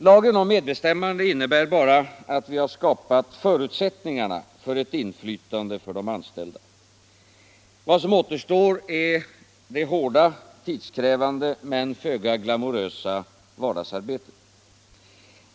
Lagen om medbestämmande innebär bara att vi skapat förutsättningarna för ett inflytande för de anställda. Vad som återstår är det hårda, tidskrävande men föga glamorösa vardagsarbetet.